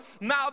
now